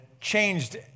changed